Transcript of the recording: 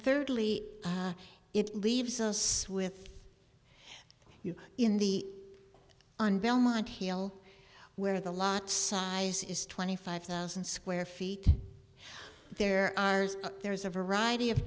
thirdly it leaves us with you in the on belmont heel where the lot size is twenty five thousand square feet there are there's a variety of